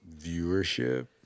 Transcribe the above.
viewership